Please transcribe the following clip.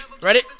Ready